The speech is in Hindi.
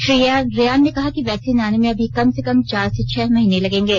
श्री रेयान ने कहा कि वैक्सीन आने में अभी कम से कम चार से छह महीने लगेंगे